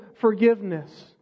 forgiveness